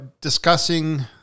discussing